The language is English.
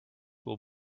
will